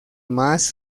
más